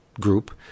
group